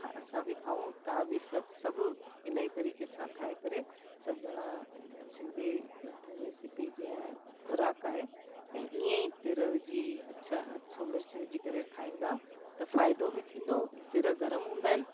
असां बि खाऊं तव्हां बि सभु सभु इन्हीअ तरीक़े सां ठाहे करे सभु ॼणा सिंधी रेसिपी जीअं खुराक आहे ऐं ईअं ई तिर विझी अछो मिर्च विझी करे खाईंदा त फ़ाइदो बि थींदो तिर गर्म हूंदा आहिनि